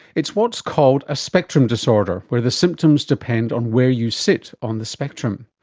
it's what's called a spectrum disorder, where the symptoms depend on where you sit on the spectrum.